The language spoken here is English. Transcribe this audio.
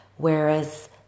Whereas